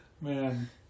Man